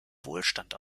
wohlstand